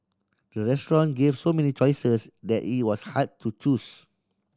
the restaurant gave so many choices that it was hard to choose